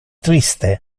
triste